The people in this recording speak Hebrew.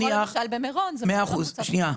כמו למשל במירון, באמצעות מנגנון --- שנייה.